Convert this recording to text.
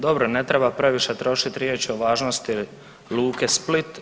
Dobro, ne treba previše trošit riječi o važnosti luke Split.